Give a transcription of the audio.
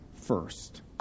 first